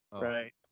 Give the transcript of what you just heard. right